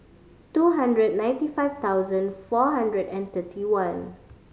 two hundred ninety five thousand four hundred and thirty one